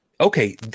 Okay